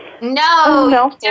No